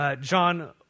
John